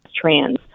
trans